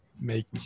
make